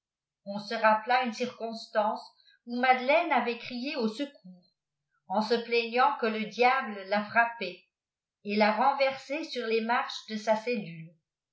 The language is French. on se rappela une circonstance où maiiefeine avait crié au secours en se plaignant que le diable la frappait et la renversait sur les marches de sa cellule